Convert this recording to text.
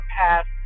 past